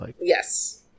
Yes